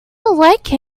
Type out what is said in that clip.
like